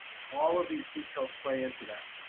all of these details play into that.